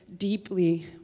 Deeply